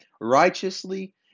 righteously